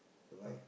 life